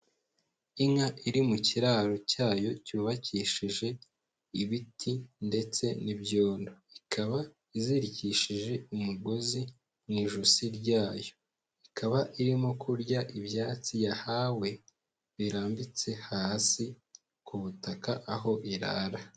Inka iri mu kiraro cyayo cyubakishije ibiti ndetse n'ibyondo, ikaba izirikishije umugozi mu ijosi ryayo, ikaba irimo kurya ibyatsi yahawe birambitse hasi ku butaka aho irara.